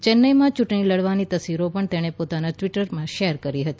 ચેન્નઇમાં ચૂંટણી લડવાની તસવીરો પણ તેણે પોતાના ટ્વીટમાં શેર કરી હતી